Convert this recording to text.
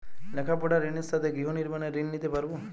লেখাপড়ার ঋণের সাথে গৃহ নির্মাণের ঋণ নিতে পারব?